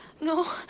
No